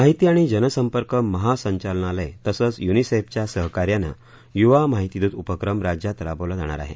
माहिती आणि जनसंपर्क महासंचालनालय तसंच युनिसेफच्या सहकार्याने युवा माहितीदूत उपक्रम राज्यात राबवला जाणार आहे